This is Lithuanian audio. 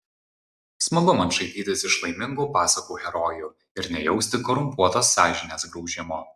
smagu man šaipytis iš laimingų pasakų herojų ir nejausti korumpuotos sąžinės graužimo